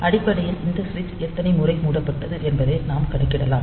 அடிப்படையில் இந்த சுவிட்ச் எத்தனை முறை மூடப்பட்டது என்பதை நாம் கணக்கிடலாம்